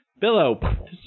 billow